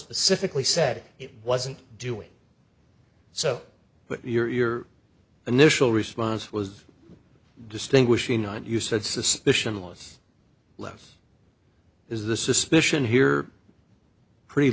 specifically said it wasn't doing so but your initial response was distinguishing not you said suspicion was less is the suspicion here pretty